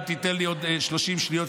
אם תיתן לי עוד 30 שניות,